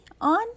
on